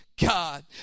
God